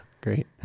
Great